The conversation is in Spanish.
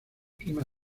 clima